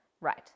right